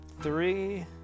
three